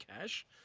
cash